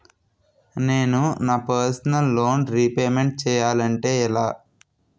నేను నా personal loan repayment చేయాలంటే ఎలా?